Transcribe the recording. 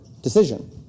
decision